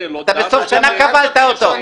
אתה בסוף שנה כבלת אותו.